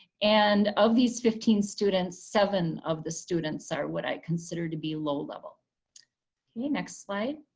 and of these fifteen students, seven of the students are what i consider to be low-level. okay next slide.